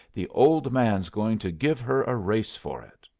the old man's going to give her a race for it.